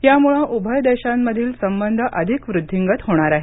यामुळे उभय देशांमधील संबंध अधिक वृद्धींगत होणार आहेत